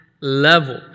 level